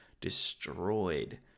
destroyed